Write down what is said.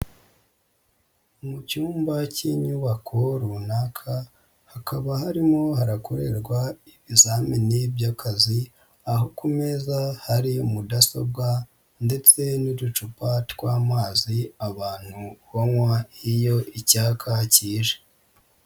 Mu cyumba cy'inyubako runaka hakaba harimo hakorerwa ibizamini by'akazi, aho ku meza hari mudasobwa ndetse n'uducupa tw'amazi abantu banywa iyo icyaka kije.